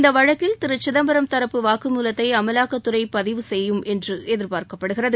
இந்த வழக்கில் திரு சிதம்பரம் தரப்பு வாக்குமூலத்தை அமலாக்கத்துறை பதிவு செய்யும் என்று எதிர்பார்க்கப்படுகிறது